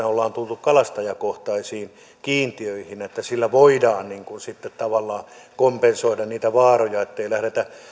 ollaan tultu kalastajakohtaisiin kiintiöihin että niillä voidaan sitten tavallaan kompensoida niitä vaaroja ettei lähdetä